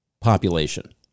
population